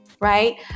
right